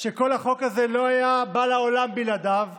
שכל החוק הזה לא היה בא לעולם בלעדיו,